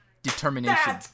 determination